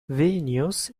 vilnius